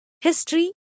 history